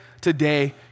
today